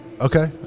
Okay